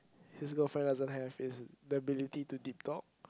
his girlfriend doesn't have is the ability to detox